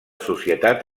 societat